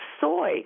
soy